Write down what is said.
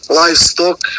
livestock